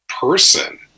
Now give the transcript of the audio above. person